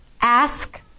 Ask